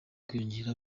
kwiyongera